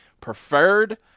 preferred